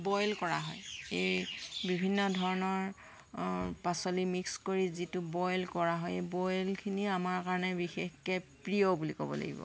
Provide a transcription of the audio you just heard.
boil কৰা হয় এই বিভিন্ন ধৰণৰ পাচলি মিক্স কৰি যিটো বইল কৰা হয় এই বইলখিনি আমাৰ কাৰণে বিশেষকৈ প্ৰিয় বুলি ক'ব লাগিব